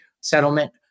settlement